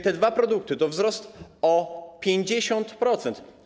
Te dwa produkty to wzrost o 50%.